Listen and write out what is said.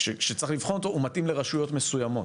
שצריך לבחון אותו הוא מתאים לרשויות מסוימות,